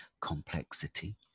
complexity